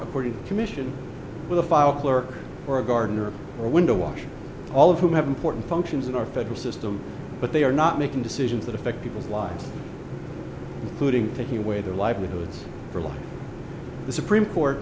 according to commission with a file clerk or a gardener or a window washer all of whom have important functions in our federal system but they are not making decisions that affect people's lives putting that he way their livelihoods for what the supreme court